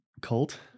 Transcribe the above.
cult